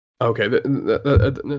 Okay